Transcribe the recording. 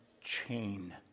chain